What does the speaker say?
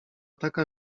taka